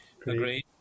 Agreed